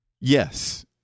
Yes